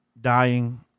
dying